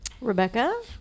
Rebecca